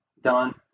done